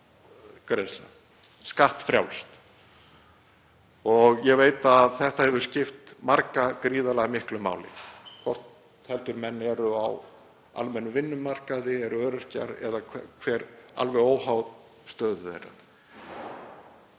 skattgreiðslna, skattfrjálst. Ég veit að þetta hefur skipt marga gríðarlega miklu máli, hvort heldur menn eru á almennum vinnumarkaði, eru öryrkjar, alveg óháð stöðu þeirra.